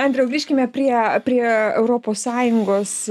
andriau grįžkime prie prie europos sąjungos